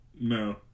No